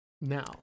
now